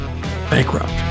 Bankrupt